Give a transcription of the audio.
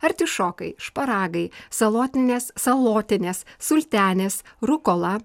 artišokai šparagai salotinės salotinės sultenės rukola